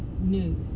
News